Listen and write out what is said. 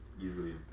easily